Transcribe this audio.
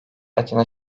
atina